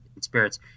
spirits